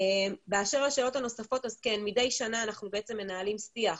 באשר לשאלות הנוספות, מדי שנה אנחנו מנהלים שיח,